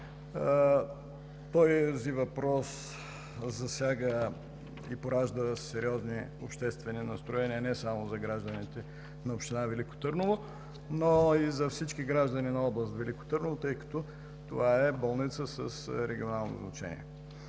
Този въпрос засяга и поражда сериозни обществени настроения не само за гражданите на община Велико Търново, но и за всички граждани на област Велико Търново, тъй като това е болница с регионално значение.